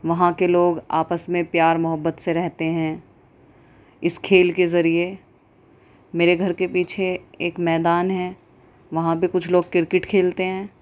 وہاں کے لوگ آپس میں پیار محبت سے رہتے ہیں اس کھیل کے ذریعے میرے گھر کے پیچھے ایک میدان ہے وہاں پہ کچھ لوگ کرکٹ کھیلتے ہیں